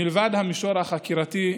מלבד המישור החקירתי,